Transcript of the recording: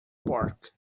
park